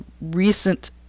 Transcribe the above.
recent